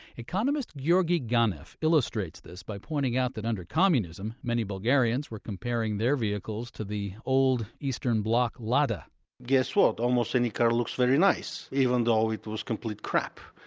economist georgi ganev illustrates this by pointing out that under communism, many bulgarians were comparing their vehicles to the old eastern-bloc lada guess what, almost any car looks very nice, even though it was complete crap.